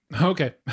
Okay